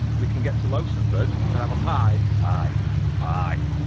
we can get to lowsonford and have pie. aye pie.